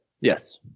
Yes